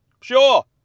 Sure